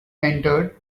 entered